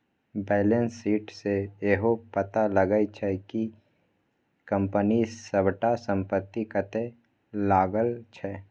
balance sheet सँ इहो पता लगा सकै छी कि कंपनी सबटा संपत्ति कतय लागल छै